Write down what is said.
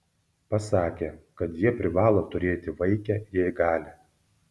pasakė kad jie privalo turėti vaikę jei gali